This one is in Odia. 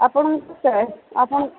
ଆପଣ ଆପଣ